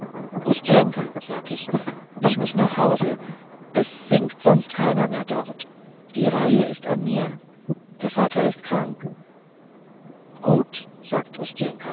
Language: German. ustjnka sag ich ich muß nach hause es singt sonst keiner mehr dort die reihe ist an mir der vater ist krank gut sagt